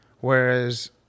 Whereas